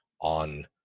on